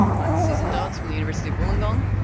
i'm susan dodds from the university of wollongong.